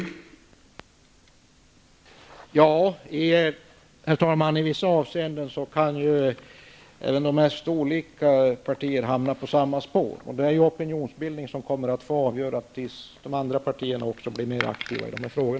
Herr talman! I vissa avseenden kan även de mest olika partier hamna på samma spår. Det är opinionsbildningen som får avgöra om de andra partierna kommer att bli mer aktiva i dessa frågor.